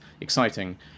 exciting